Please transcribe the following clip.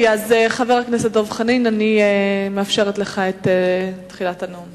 חבר הכנסת דב חנין, אני מאפשרת לך את תחילת הנאום.